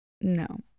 No